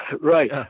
right